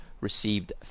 received